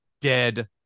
dead